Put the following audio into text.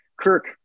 Kirk